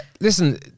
listen